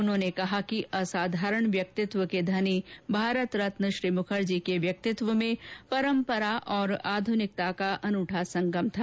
उन्होंने कहा कि असाधारण व्यक्तित्व के धनी भारत रत्न श्री मुखर्जी के व्यक्तित्व में परम्परा और आध्रनिकता का अनुठा संगम था